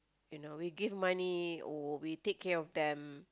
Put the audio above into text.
you know we give money we take care of them